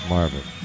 Marvin